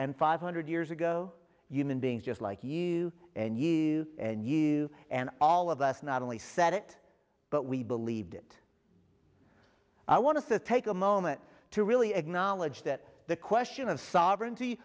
and five hundred years ago human beings just like you and you and you and all of us not only said it but we believed it i want to take a moment to really acknowledge that the question of sovereignty